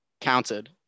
counted